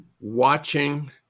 watching